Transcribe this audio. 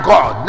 God